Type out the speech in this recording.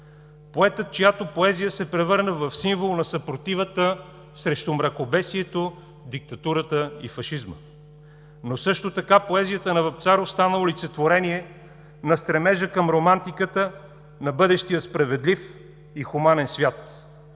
поетът, чиято поезия се превърна в символ на съпротивата срещу мракобесието, диктатурата и фашизма. Но също така поезията на Вапцаров стана олицетворение на стремежа към романтиката на бъдещия справедлив и хуманен свят.